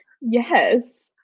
Yes